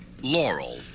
Laurel